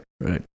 Right